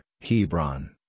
Hebron